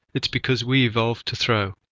it's because we evolved to throw,